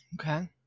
Okay